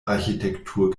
architektur